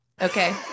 Okay